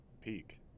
peak